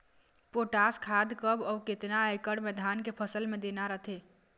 Potash खाद कब अऊ केतना एकड़ मे धान के फसल मे देना रथे?